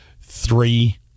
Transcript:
three